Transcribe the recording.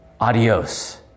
Adios